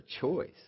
choice